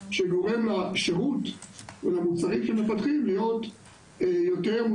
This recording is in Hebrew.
האנשים הטובים והמתאימים ביותר במשרדי